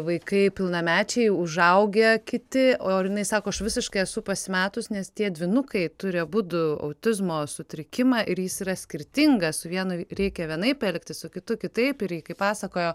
vaikai pilnamečiai užaugę kiti o ir jinai sako aš visiškai esu pasimetus nes tie dvynukai turi abudu autizmo sutrikimą ir jis yra skirtingas vienui reikia vienaip elgtis su kitu kitaip ir ji kaip pasakojo